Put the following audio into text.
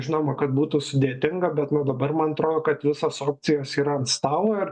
žinoma kad būtų sudėtinga bet na dabar man atro kad visos opcijos yra ant stalo ir